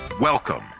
Welcome